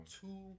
Two